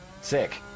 Sick